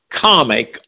comic